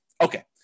Okay